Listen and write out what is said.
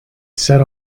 set